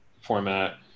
format